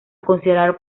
considerar